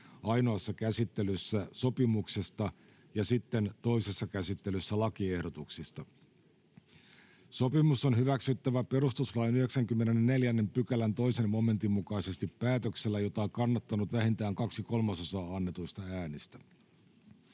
ainoassa käsittelyssä sopimuksesta ja sitten toisessa käsittelyssä lakiehdotuksista. Sopimus on hyväksyttävä perustuslain 94 §:n 2 momentin mukaisesti päätöksellä, jota on kannattanut vähintään kaksi kolmasosaa annetuista äänistä.